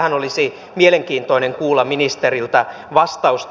tähän olisi mielenkiintoista kuulla ministeriltä vastausta